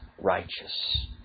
righteous